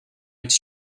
its